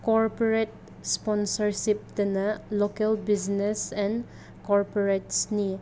corporate ꯏꯁꯄꯣꯟꯁꯔꯁꯤꯞꯇꯅ local business and ꯀꯣꯔꯄꯣꯔꯦꯠꯁꯅꯤ